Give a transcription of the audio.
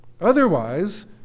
Otherwise